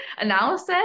analysis